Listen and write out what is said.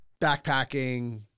Backpacking